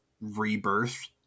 rebirth